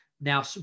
Now